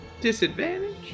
Disadvantage